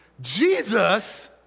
Jesus